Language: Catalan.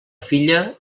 filla